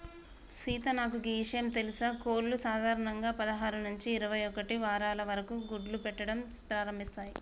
సీత నాకు గీ ఇషయం తెలుసా కోళ్లు సాధారణంగా పదహారు నుంచి ఇరవై ఒక్కటి వారాల వరకు గుడ్లు పెట్టడం ప్రారంభిస్తాయి